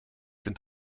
sind